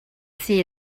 see